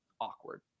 awkward